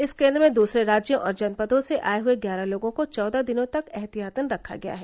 इस केंद्र में दूसरे राज्यों और जनपदों से आए हुए ग्यारह लोगों को चौदह दिनों तक एहतियातन रखा गया है